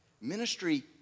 Ministry